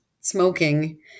smoking